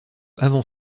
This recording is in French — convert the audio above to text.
avant